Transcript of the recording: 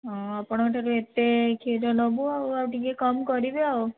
ହଁ ଆପଣଙ୍କ ଠାରୁ ଏତେ କ୍ଷୀର ନବୁ ଆଉ ଆଉ ଟିକେ କମ୍ କରିବେ ଆଉ